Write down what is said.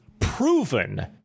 proven